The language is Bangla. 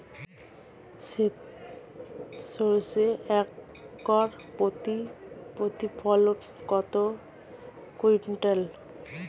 সেত সরিষা একর প্রতি প্রতিফলন কত কুইন্টাল?